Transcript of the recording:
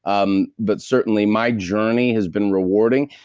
um but certainly my journey has been rewarding.